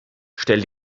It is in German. stell